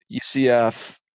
UCF